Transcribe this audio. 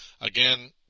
again